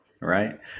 Right